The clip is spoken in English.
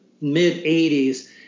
mid-80s